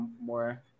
more